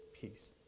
peace